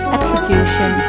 Attribution